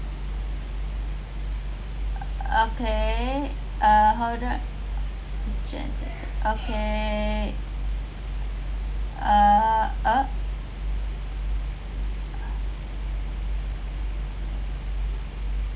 okay hold on okay uh